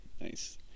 Nice